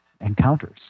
encounters